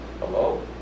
Hello